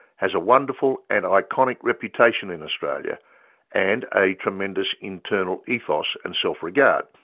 has a wonderful and iconic reputation in australia and a tremendous internal ethos and self-regard.